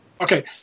Okay